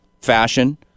fashion